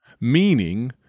Meaning